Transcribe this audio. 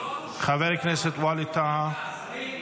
חבר הכנסת ווליד טאהא,